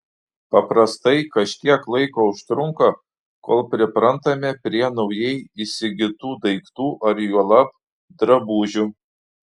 paprastai kažkiek laiko užtrunka kol priprantame prie naujai įsigytų daiktų ar juolab drabužių